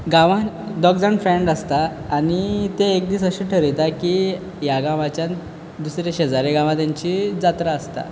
गांवांन दोग जाण फ्रेंड आसतात आनी ते एक दीस अशें ठरयता की ह्या गांवाच्यान दुसऱ्या शेजारी गांवांत तेंची जात्रा आसता